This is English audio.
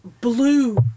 blue